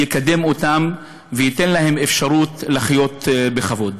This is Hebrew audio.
יקדם אותם וייתן להם אפשרות לחיות בכבוד.